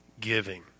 giving